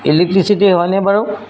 electricity হয়নে বাৰু